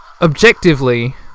objectively